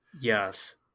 yes